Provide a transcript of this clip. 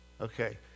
Okay